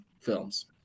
films